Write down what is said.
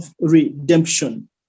redemption